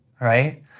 Right